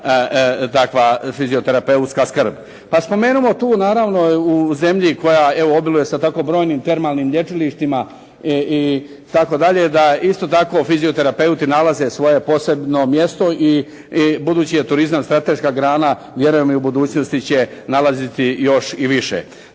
takva fizioterapeutska skrb. Pa spomenimo tu naravno u zemlji koja evo obiluje sa tako brojnim termalnim lječilištima itd. da isto tako fizioterapeuti nalaze svoje posebno mjesto i budući je turizam strateška grana vjerujem i u budućnosti će nalaziti još i više.